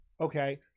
Okay